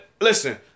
listen